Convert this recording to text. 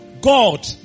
God